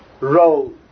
role